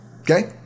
Okay